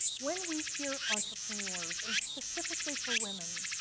when we hear entrepreneurs and specifically for women,